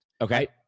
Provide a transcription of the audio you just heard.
Okay